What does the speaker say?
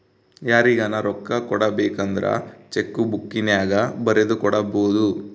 ಯಾರಿಗನ ರೊಕ್ಕ ಕೊಡಬೇಕಂದ್ರ ಚೆಕ್ಕು ಬುಕ್ಕಿನ್ಯಾಗ ಬರೆದು ಕೊಡಬೊದು